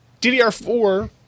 DDR4